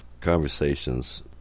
conversations